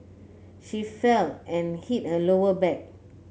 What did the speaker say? she fell and hit her lower back